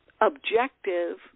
objective